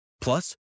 Plus